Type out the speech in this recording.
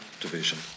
division